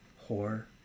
horror